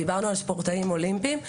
דיברנו על ספורטאים אולימפיים,